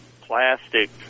plastic